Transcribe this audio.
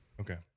Okay